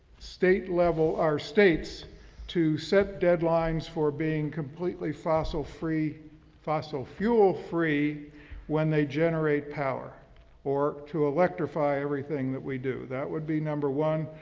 state level, our states to set deadlines for being completely fossil free fossil fuel free when they generate power or to electrify everything that we do. that would be number one.